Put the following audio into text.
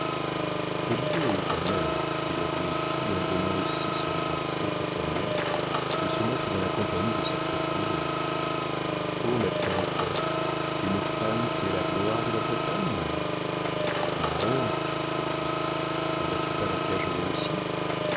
quelle idée a eue ta mère dit la vieille fille en donnant aussi son bras sec à sa nièce de se mettre dans la compagnie de cette réprouvée oh ma tante une femme qui est la gloire de la bretagne la honte petite ne vas-tu pas la cajoler aussi